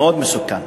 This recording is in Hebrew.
מאוד מסוכן.